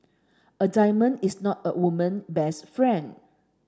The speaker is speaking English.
a diamond is not a woman best friend